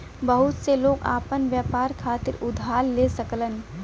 बहुत से लोग आपन व्यापार खातिर उधार ले सकलन